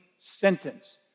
sentence